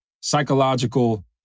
psychological